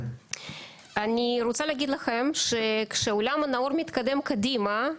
אני רוצה להגיד לכם שכשעולם נאור מתקדם קדימה,